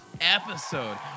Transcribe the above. episode